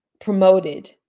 promoted